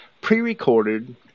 pre-recorded